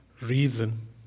reason